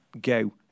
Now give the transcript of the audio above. go